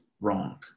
wrong